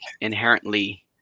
inherently